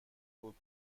بود